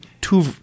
two